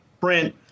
print